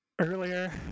earlier